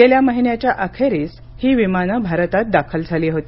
गेल्या महिन्याच्या अखेरीस ही विमानं भारतात दाखल झाली होती